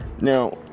Now